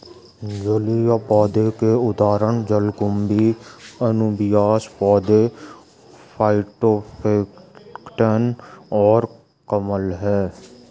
जलीय पौधों के उदाहरण जलकुंभी, अनुबियास पौधे, फाइटोप्लैंक्टन और कमल हैं